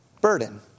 burden